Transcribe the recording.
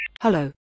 Hello